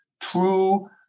true